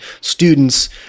students